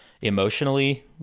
emotionally